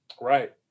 Right